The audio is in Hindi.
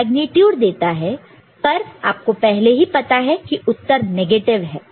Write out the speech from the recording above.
यह मेग्नीट्यूड देता है पर आपको पहले ही पता है कि उत्तर नेगेटिव है